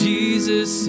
Jesus